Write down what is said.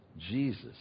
Jesus